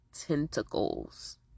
tentacles